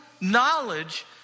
knowledge